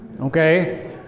Okay